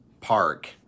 Park